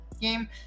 game